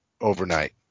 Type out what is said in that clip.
overnight